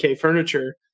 furniture